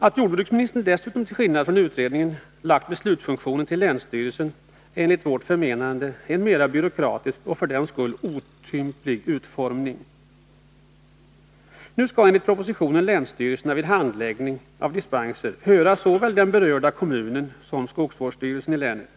Att jordbruksministern dessutom till skillnad från utredningen lagt beslutsfunktionen till länsstyrelserna är enligt vårt förmenande en mera byråkratisk och för den skull otymplig utformning. Nu skall enligt propositionen länsstyrelserna vid handläggning av dispenser höra såväl den berörda kommunen som skogsvårdsstyrelsen i länet.